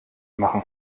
machen